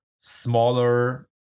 smaller